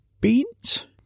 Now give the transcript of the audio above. beans